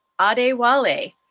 Adewale